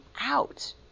out